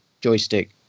joystick